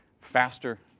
faster